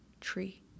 tree